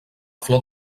flor